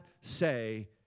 say